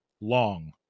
long